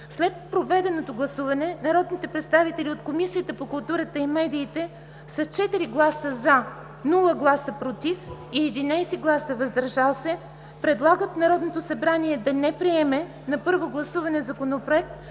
След проведено гласуване народните представители от Комисията по културата и медиите с 4 гласа „за“, без „против“ и 11 гласа „въздържали се“ предлагат на Народното събрание да не приеме на първо гласуване Законопроект